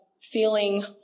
feeling